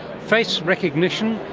face recognition,